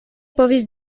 povis